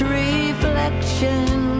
reflection